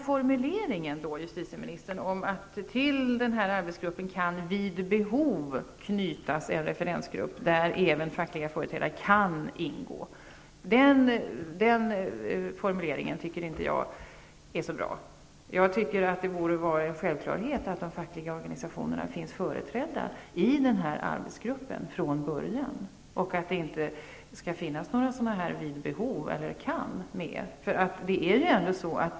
Formuleringen att till den här arbetsgruppen kan ''Vid behov'' knytas en referensgrupp, där även fackliga företrädare ''kan'' ingå, tycker jag inte är så bra. Jag tycker att det borde vara en självklarhet att de fackliga organisationerna finns företrädda i arbetsgruppen från början, och att det inte skall stå ''Vid behov'' eller ''kan'' i detta sammanhang.